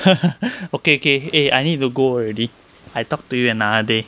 okay k eh I need to go already I talk to you and are they